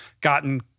gotten